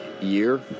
year